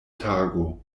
tago